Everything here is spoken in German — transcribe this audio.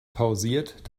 pausiert